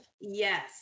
yes